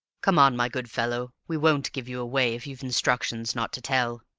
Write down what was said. come on, my good fellow we won't give you away, if you've instructions not to tell.